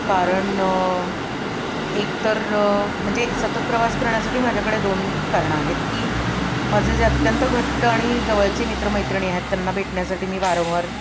कारण एकतर म्हणजे सतत प्रवास करण्यासाठी माझ्याकडे दोन कारण आहेत की माझे जे अत्यंत घट्ट आणि जवळचे मित्रमैत्रिणी आहेत त्यांना भेटण्यासाठी मी वारंवार